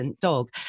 dog